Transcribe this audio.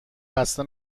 خسته